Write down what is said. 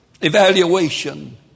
evaluation